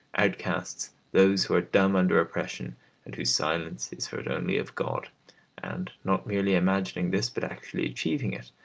outcasts, those who are dumb under oppression and whose silence is heard only of god and not merely imagining this but actually achieving it,